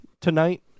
tonight